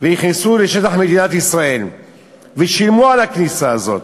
ונכנסו לשטח מדינת ישראל ושילמו על הכניסה הזאת?